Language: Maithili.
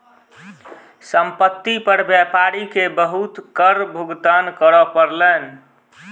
संपत्ति पर व्यापारी के बहुत कर भुगतान करअ पड़लैन